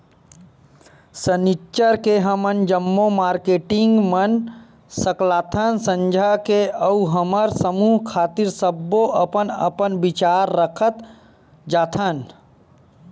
सनिच्चर के हमन जम्मो मारकेटिंग मन सकलाथन संझा के अउ हमर समूह खातिर सब्बो अपन अपन बिचार रखत जाथन